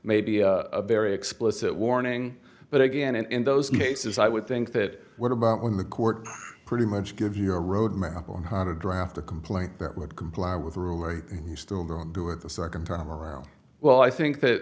maybe a very explicit warning but again and in those cases i would think that what about when the court pretty much give you a roadmap on how to draft a complaint that would comply with the rule you still go and do it the second time around well i think that